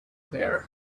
there